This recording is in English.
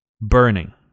Burning